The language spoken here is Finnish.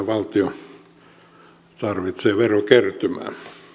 valtio tarvitsee verokertymää